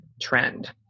trend